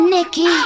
Nikki